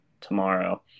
tomorrow